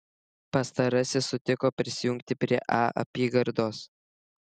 pastarasis sutiko prisijungti prie a apygardos